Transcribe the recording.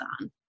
on